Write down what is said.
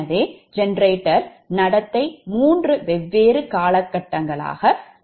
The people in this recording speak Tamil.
எனவே ஜெனரேட்டர் நடத்தை மூன்று வெவ்வேறு காலகட்டங்களாகப் பிரிக்கலாம்